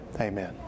Amen